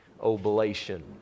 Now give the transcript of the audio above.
oblation